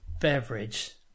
beverage